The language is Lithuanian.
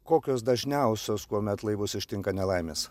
kokios dažniausios kuomet laivus ištinka nelaimės